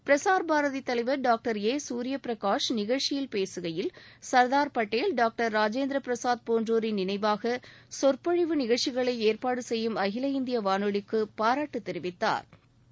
பிரசார் பாரதி தலைவர் doctor A Surya Prakash நிகழ்ச்சியில் பேசுகையில் சர்தார் பட்டேல் டாக்டர் ராஜேந்திர பிரசாத் போன்றோரின் நினைவாக சொற்பொழிவு நிகழ்ச்சிகளை ஏற்பாடு செய்யும் அகில இந்திய வானொலிக்கு பாராட்டுத் தெரிவித்தாா்